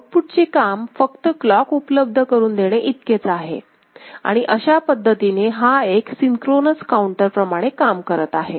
output चे काम फक्त क्लॉक उपलब्ध करून देणे इतकेच आहे आणि अशा पद्धतीने हा एका सिनक्रोनोस काउंटर प्रमाणे काम करत आहे